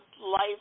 life